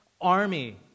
army